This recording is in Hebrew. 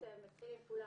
חצבת מתחיל עם כולם.